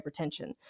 hypertension